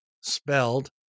spelled